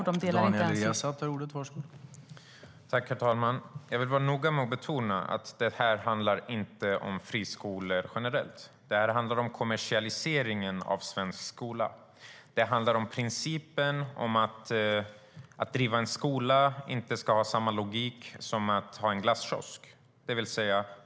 Herr talman! Jag vill vara noga med att betona att det här inte handlar om friskolor generellt, utan om kommersialiseringen av svensk skola. Man ska inte kunna driva en skola enligt samma principer som när man driver en glasskiosk.